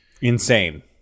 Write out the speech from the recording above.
Insane